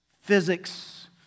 physics